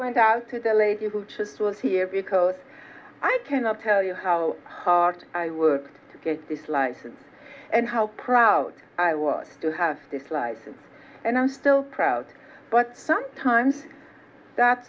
went out to the lady who just was here because i cannot tell you how hard i worked to get this license and how proud i was to have this license and i'm still proud but sometimes